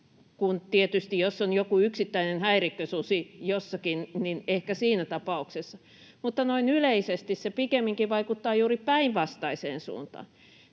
tapauksessa, jos on joku yksittäinen häirikkösusi jossakin. Noin yleisesti se pikemminkin vaikuttaa juuri päinvastaiseen suuntaan.